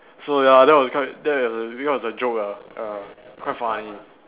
so ya that's was quite that's become a joke ah ah quite funny